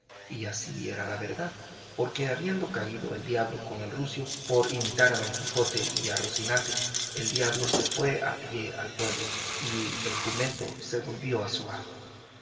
y así era la verdad porque habiendo caído el diablo con el rucio por imitar a don quijote y a rocinante el diablo se fue a pie al pueblo y el jumento se volvió a su amo